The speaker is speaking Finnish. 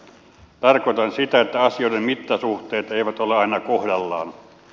tarkoitan sitä että asioiden mittasuhteet eivät ole aina kohdallaan